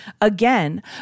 again